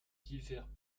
divers